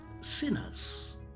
sinners